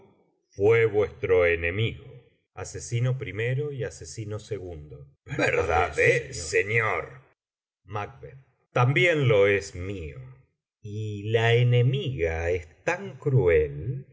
macb ases macb ases ases macb verdad es señor también lo es mío y la enemiga es tan cruel